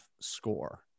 score